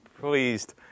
pleased